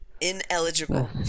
ineligible